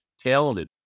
talented